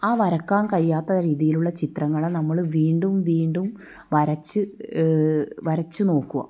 ആ വരയ്ക്കാൻ കയ്യാത്ത രീതിയിലുള്ള ചിത്രങ്ങൾ നമ്മൾ വീണ്ടും വീണ്ടും വരച്ച് വരച്ചു നോക്കുക